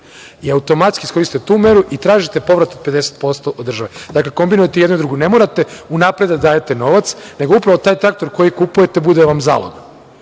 i automatski iskoristite tu meru i tražite povrat od 50% od države. Dakle, kombinujete i jedno i drugo. Ne morate unapred da dajete novac, nego upravo taj traktor koji kupujete bude vam zalog.